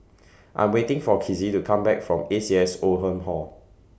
I'm waiting For Kizzy to Come Back from A C S Oldham Hall